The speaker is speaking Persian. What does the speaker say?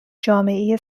جامعه